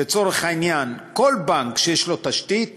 לצורך העניין, כל בנק שיש לו תשתית